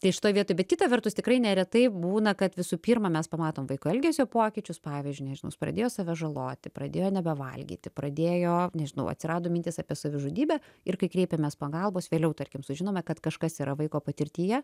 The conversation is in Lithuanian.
tai šitoj vietoj bet kita vertus tikrai neretai būna kad visų pirma mes pamatom vaiko elgesio pokyčius pavyzdžiui nežinau is pradėjo save žaloti pradėjo nebevalgyti pradėjo nežinau atsirado mintis apie savižudybę ir kai kreipiamės pagalbos vėliau tarkim sužinome kad kažkas yra vaiko patirtyje